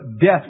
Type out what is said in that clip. death